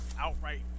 outright